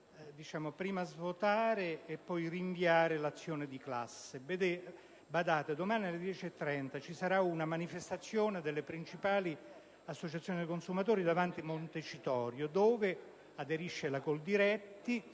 prima svuotare e poi rinviare l'azione di classe. Domani alle ore 10,30 ci sarà una manifestazione delle principali associazioni dei consumatori davanti a Montecitorio, cui aderisce la Coldiretti,